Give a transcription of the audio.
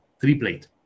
three-plate